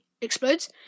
explodes